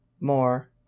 more